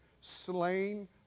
slain